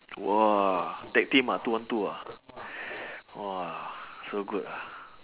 !wah! tag team ah two on two ah !wah! so good ah